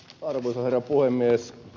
arvoisa herra puhemies